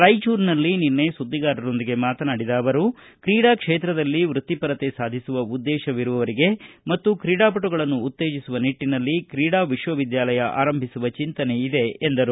ರಾಯಚೂರಿನಲ್ಲಿ ನಿನ್ನೆ ಸುದ್ದಿಗಾರರೊಂದಿಗೆ ಮಾತನಾಡಿದ ಅವರು ಕ್ರೀಡಾ ಕ್ಷೇತ್ರದಲ್ಲಿ ವೃತ್ತಿಪರತೆ ಸಾಧಿಸುವ ಉದ್ದೇಶವಿರುವವರಿಗಾಗಿ ಮತ್ತು ತ್ರೀಡಾಪಟುಗಳನ್ನು ಉತ್ತೇಜಿಸುವ ನಿಟ್ಟಿನಲ್ಲಿ ಕ್ರೀಡಾ ವಿಶ್ವವಿದ್ಯಾಲಯ ಆರಂಭಿಸುವ ಚಿಂತನೆ ಇದೆ ಎಂದರು